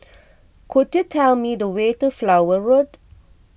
could you tell me the way to Flower Road